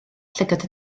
llygad